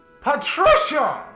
Patricia